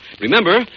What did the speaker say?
Remember